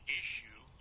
issue